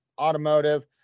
automotive